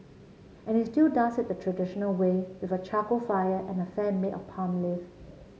and he still does it the traditional way with a charcoal fire and a fan made of palm leaf